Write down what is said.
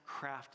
crafted